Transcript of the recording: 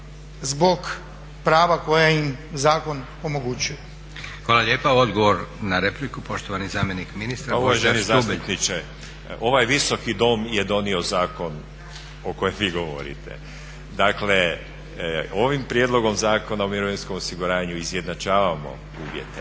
zbog prava koja im zakon omogućuje? **Leko, Josip (SDP)** Hvala lijepa. Odgovor na repliku, poštovani zamjenik ministra. **Štubelj, Božidar** Uvaženi zastupniče, ovaj Visoki dom je donio zakon o kojem vi govorite. Dakle ovim Prijedlogom zakona o mirovinskom osiguranju izjednačavamo uvjete